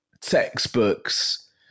textbooks